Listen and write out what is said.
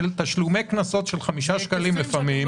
של תשלומי קנסות של 5 שקלים לפעמים,